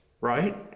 Right